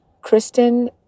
Kristen